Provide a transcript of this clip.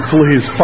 Please